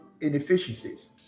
inefficiencies